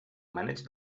maneig